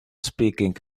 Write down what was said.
speaking